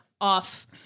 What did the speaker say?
off